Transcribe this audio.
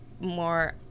more